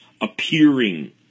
appearing